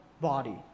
body